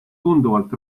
tunduvalt